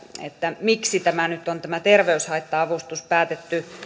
siitä miksi nyt on tämä terveyshaitta avustus päätetty